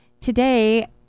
Today